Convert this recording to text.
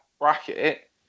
bracket